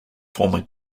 former